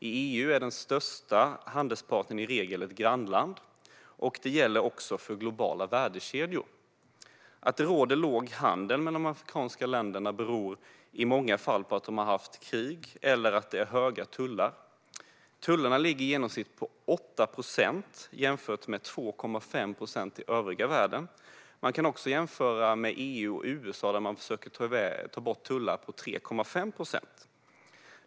I EU är den största handelspartnern i regel ett grannland, och det gäller också för globala värdekedjor. Att handeln mellan de afrikanska länderna är liten beror i många fall på att de har haft krig med varandra eller att tullarna är höga. Tullarna ligger på i genomsnitt 8 procent, jämfört med 2,5 procent i övriga världen. Man kan också jämföra med EU och USA där man försöker ta bort tullar på 3,5 procent.